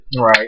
Right